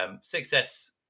success